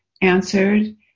answered